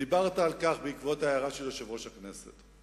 דיברת על כך בעקבות ההערה של יושב-ראש הכנסת.